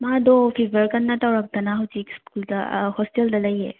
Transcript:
ꯃꯥꯗꯣ ꯐꯤꯚꯔ ꯀꯟꯅ ꯇꯧꯔꯛꯇꯅ ꯍꯧꯖꯤꯛ ꯁ꯭ꯀꯨꯜꯗ ꯍꯣꯁꯇꯦꯜꯗ ꯂꯩꯌꯦ